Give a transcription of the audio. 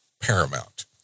paramount